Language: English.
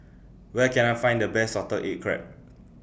Where Can I Find The Best Salted Egg Crab